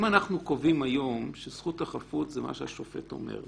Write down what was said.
אם אנחנו קובעים היום שזכות החפות זה מה שהשופט אומר,